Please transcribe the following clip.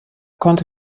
konnte